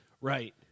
right